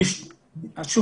במשטרה?